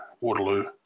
Waterloo